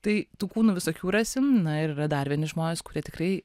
tai tų kūnų visokių rasim na ir yra dar vieni žmonės kurie tikrai